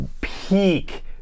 peak